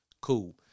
Cool